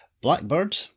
Blackbird